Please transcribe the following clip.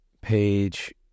Page